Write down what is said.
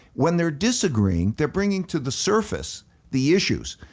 when they're disagreeing, they're bringing to the surface the issues.